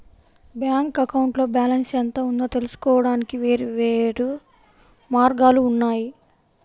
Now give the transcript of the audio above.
bank అకౌంట్లో balance ఎంత ఉందో తెలుసుకోవడానికి వేర్వేరు మార్గాలు ఉన్నాయి